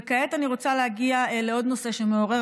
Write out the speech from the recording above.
וכעת אני רוצה להגיע לעוד נושא שמעורר